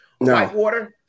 Whitewater